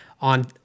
On